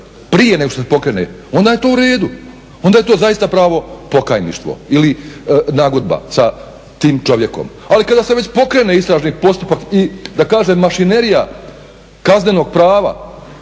prije nego što se pokrene, onda je to u redu, onda je to zaista pravo pokajništvo ili nagodba sa tim čovjekom. Ali kada se već pokreni istražni postupak i da kažem mašinerija kaznenog prava,